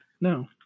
no